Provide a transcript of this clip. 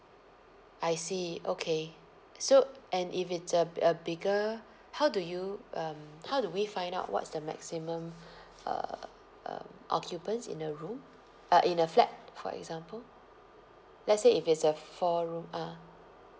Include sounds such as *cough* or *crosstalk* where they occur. I see okay so and if it's a b~ a bigger how do you um how do we find out what's the maximum *breath* uh um occupants in a room uh in a flat for example let's say if it's a four room ah